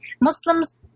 Muslims